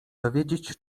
dowiedzieć